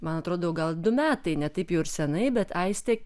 man atrodo gal du metai ne taip jau ir seniai bet aistė